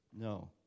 No